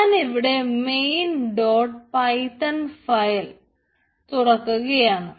ഞാനിവിടെ main dot Python file തുറക്കുകയാണ്